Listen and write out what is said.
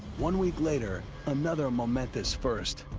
one week later, another momentous first.